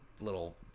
little